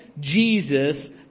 Jesus